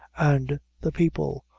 and the people,